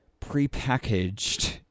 prepackaged